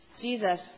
Jesus